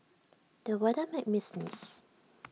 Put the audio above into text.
the weather made me sneeze